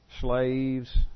slaves